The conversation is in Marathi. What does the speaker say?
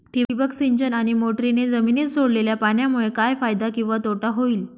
ठिबक सिंचन आणि मोटरीने जमिनीत सोडलेल्या पाण्यामुळे काय फायदा किंवा तोटा होईल?